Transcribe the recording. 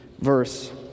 verse